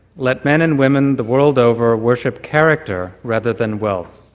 let men and women the world over worship character rather than wealth.